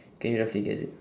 can you roughly guess it